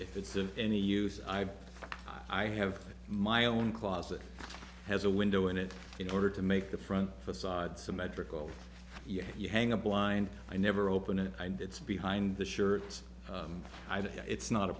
if it's of any use i i have my own closet has a window in it in order to make the front facade symmetrical yet you hang a blind eye never open it and it's behind the shirts it's not a